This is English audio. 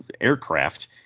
aircraft